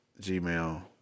gmail